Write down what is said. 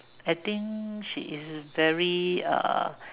I think she is very err